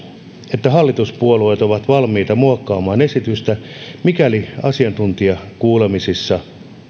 että hallituspuolueet ovat valmiita muokkaamaan esitystä mikäli asiantuntijakuulemisissa